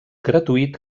gratuït